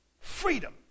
Freedom